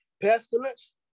pestilence